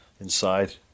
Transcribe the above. inside